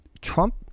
Trump